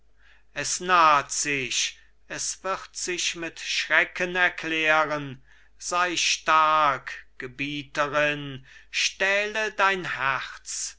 es naht sich es wird sich mit schrecken klären sei stark gebieterin stähle dein herz